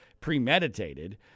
premeditated